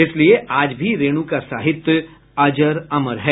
इसलिए आज भी रेणू का साहित्य अजर अमर है